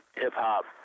hip-hop